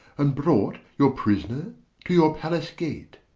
and brought your prisoner to your pallace gate